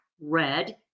red